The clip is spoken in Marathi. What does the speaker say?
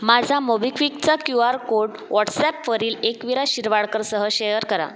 माझा मोबिक्विकचा क्यू आर कोड व्हॉटसॲपवरील एकवीरा शिरवाडकरसह शेअर करा